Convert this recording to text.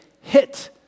hit